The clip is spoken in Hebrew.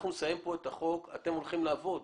אנחנו נסיים כאן את החוק ואתם הולכים לעבוד